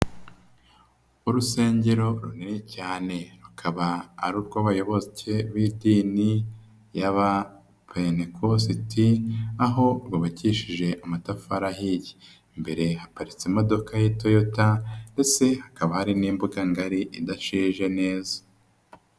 Urusengero runini cyane, rukaba ari urwo abayoboke b'idini y'aba penekositi, aho bubakishije amatafari ahiye, imbere haparitse imodoka y'i toyota, mbese hakaba hari n'imbuga ngari idashije neza.